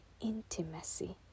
intimacy